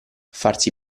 farsi